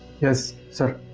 yes sir.